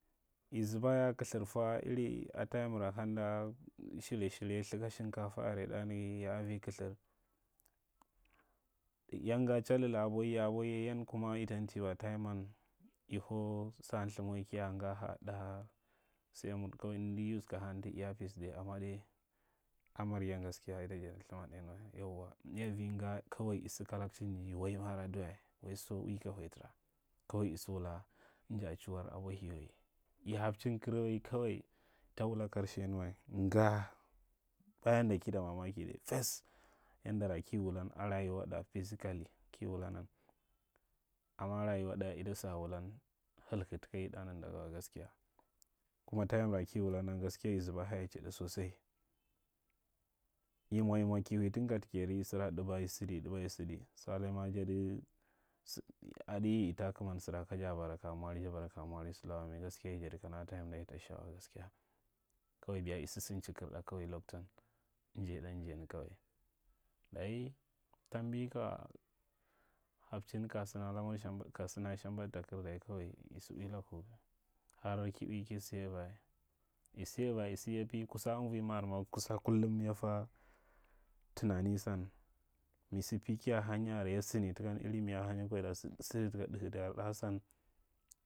I zuba a kalthir fwa iri a tayim ra kamda shirya=shirya thaka shinkafa are ɗa naga, ya a vi kulthir, ya nga cha lila aboye abo so. Yan kuma ita ntiwa tayimar i hau sa a lthwmawai kiya nga ha ɗa sai nda use ka air pis, amma dai amarin gaskiya ita jadi lthaman ɗai nyiwa yauwa ya vi nga kawai i sa kalakcinda waima adiwa. Waiso ui ka huyatara kawai isa wula inja chiwar abwahiyawai i habdn karawai kawai ita wula ka sha ni wa nga. Ba yadda ki ɗ mamaki dais a fes yandaja ki wulan a rayuwa da fisikali ka wulanan, a rayuak ɗan ita sakar wulan halkaɗ taka yi ɗa nanda gaa wa gaskiya. Kuma sa ra ki wulanan gaskiya i zaba a hayai ɗa sosai i mwa- i mwa tun ki hui tun katakeri. I sada ɗaba i sidi, daba i sidi sale ma jadi adi yi ta kaman sira kaja bar aka mwari, ja bar aka mwari solaka wa mai, gaskiya i jadi kana a tayinsan ita sha gaskiya kawai i sa simi kaarɗa loktan iwai ɗa, injain kawai dayi tambi ka habain ka sinanur shambadu, ka san alai shambaɗunda yi kawai isa wi taku har ka si avian i sa aira i pi kasan umvai maker ma, kusan kukum ya ta tunani san mi sa pi kiya kanyi are ya sin yakan, iri miya hanyi kwa ita sidi taka dafu da ɗa san.